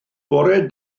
bore